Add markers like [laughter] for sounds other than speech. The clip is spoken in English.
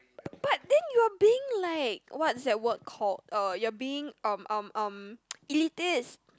but then you are being like what's that word called uh you're being um um um [noise] elitist